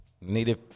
Native